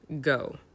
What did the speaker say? go